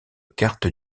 cartes